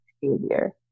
Behavior